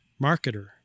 marketer